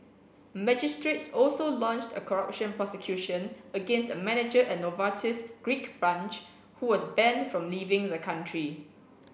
magistrates also launched a corruption prosecution against a manager at Novartis's Greek branch who was banned from leaving the country